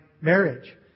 marriage